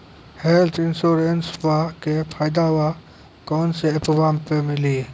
Health इंश्योरेंसबा के फायदावा कौन से ऐपवा पे मिली?